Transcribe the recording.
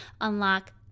Unlock